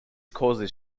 causes